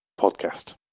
podcast